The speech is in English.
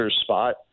spot